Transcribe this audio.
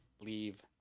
leave